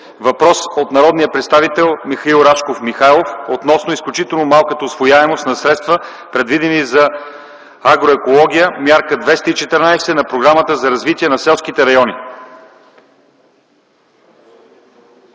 Въпрос от народния представител Михаил Рашков Михайлов относно изключително малката усвояемост на средства, предвидени за агроекология – Мярка 214 на Програмата за развитие на селските райони.